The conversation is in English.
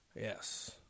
Yes